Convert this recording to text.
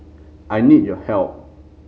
I need your help